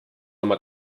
oma